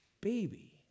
baby